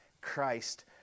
Christ